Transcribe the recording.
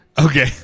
Okay